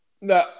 No